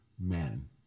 men